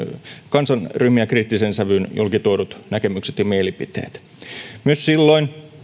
kansanryhmiä koskevat kriittiseen sävyyn julkituodut näkemykset ja mielipiteet myös silloin